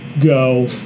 go